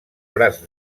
braç